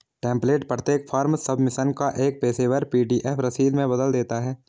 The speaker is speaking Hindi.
टेम्प्लेट प्रत्येक फॉर्म सबमिशन को एक पेशेवर पी.डी.एफ रसीद में बदल देता है